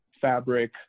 fabric